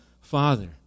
Father